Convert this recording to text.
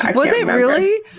like was it really?